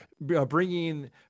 bringing